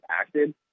acted